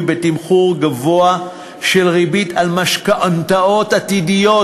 בתמחור גבוה של ריבית על משכנתאות עתידיות,